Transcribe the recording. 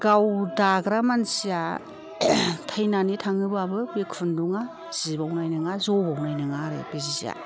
गाव दाग्रा मानसिया थैनानै थाङो बाबो बे खुन्दुङा जिबावनाय नङा ज'बावनाय नङा आरो बे जिया